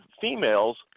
females